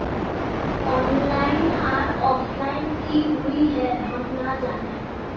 Online आर offline की हुई है हम ना जाने?